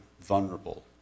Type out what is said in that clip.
vulnerable